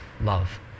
love